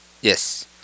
Yes